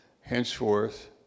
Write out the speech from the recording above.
henceforth